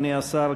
אדוני השר,